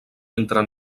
entre